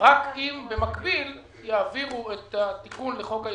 רק אם במקביל כבר עכשיו יעבירו את התיקון לחוק-היסוד,